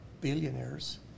billionaires